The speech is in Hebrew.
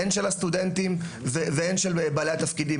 הן של הסטודנטים והן של בעלי התפקידים,